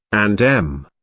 and m.